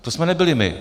To jsme nebyli my.